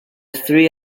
three